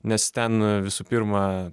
nes ten visų pirma